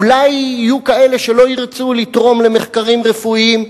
אולי יהיו כאלה שלא ירצו למחקרים רפואיים.